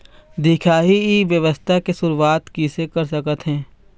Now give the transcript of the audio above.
दिखाही ई व्यवसाय के शुरुआत किसे कर सकत हे?